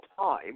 time